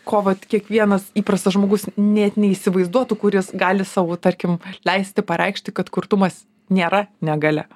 ko vat kiekvienas įprastas žmogus net neįsivaizduotų kuris gali savo tarkim leisti pareikšti kad kurtumas nėra negalia